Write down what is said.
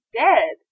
dead